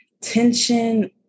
tension